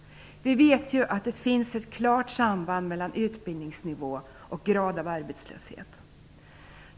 Vi vet att det finns ett klart samband mellan utbildningsnivån och graden av arbetslöshet.